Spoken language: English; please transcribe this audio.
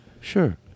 sure